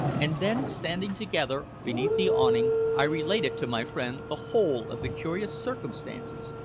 and then, standing together beneath the awning, i related to my friend the whole of the curious circumstances,